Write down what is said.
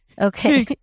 Okay